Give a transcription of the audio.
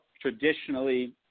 traditionally